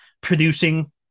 producing